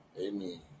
Amen